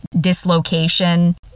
dislocation